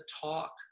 talk